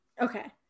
okay